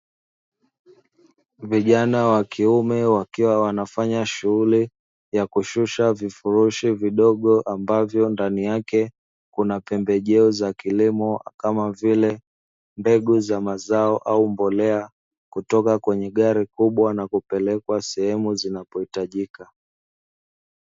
Vijana wa kiume, wakiwa wanafanya shughuli ya kushusha vifurushi vidogo ambavyo ndani yake kuna pembejeo za kilimo kama vile mbegu za mazao au mbolea, kutoka kwenye gari kubwa na kupeleka sehemu zinapohitajika.